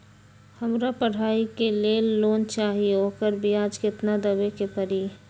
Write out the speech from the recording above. हमरा पढ़ाई के लेल लोन चाहि, ओकर ब्याज केतना दबे के परी?